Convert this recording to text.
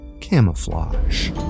Camouflage